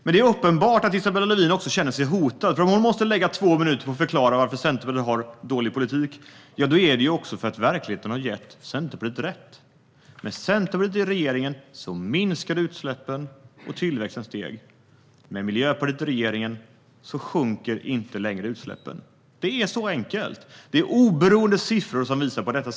Men det är uppenbart att Isabella Lövin också känner sig hotad, för om hon måste lägga två minuter här på att förklara varför Centerpartiet har en dålig politik är det för att verkligheten har gett Centerpartiet rätt. Med Centerpartiet i regeringen minskade utsläppen och tillväxten steg. Med Miljöpartiet i regeringen sjunker inte längre utsläppen. Det är så enkelt. Det är oberoende siffror som visar på detta.